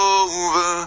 over